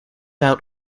out